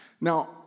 Now